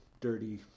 dirty